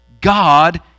God